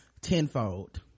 tenfold